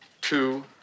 two